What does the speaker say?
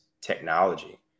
technology